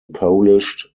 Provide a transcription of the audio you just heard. polished